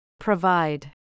provide